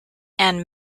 and